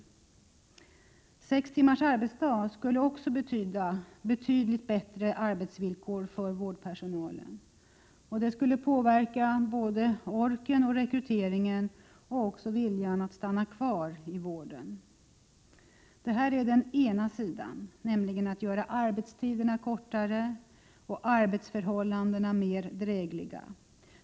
Vidare skulle sex timmars arbetsdag också innebära betydligt bättre arbetsvillkor för vårdpersonalen. Både orken och rekryteringen skulle påverkas, men också personalens vilja att stanna kvar i vården. Detta är den ena sidan — alltså att göra arbetstiderna kortare och arbetsförhållandena mer drägliga.